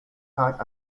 tight